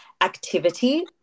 activity